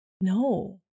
No